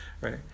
right